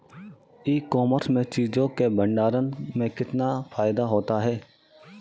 ई commerce में चीज़ों के भंडारण में कितना फायदा होता है?